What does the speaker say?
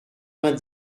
vingt